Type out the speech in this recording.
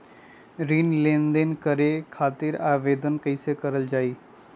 ऋण लेनदेन करे खातीर आवेदन कइसे करल जाई?